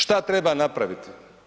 Šta treba napraviti?